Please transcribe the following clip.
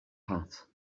hat